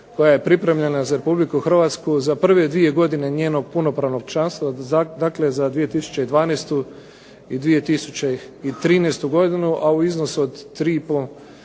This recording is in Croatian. koja je pripremljena za Republiku Hrvatsku za prve dvije godine njenog punopravnog članstva. Dakle, za 2012. i 2013. godinu a u iznosu od 3 i